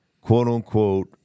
quote-unquote